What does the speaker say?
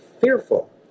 fearful